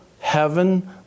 Heaven